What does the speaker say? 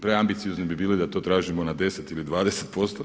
Preambiciozni bi bili da to tražimo na 10 ili 20%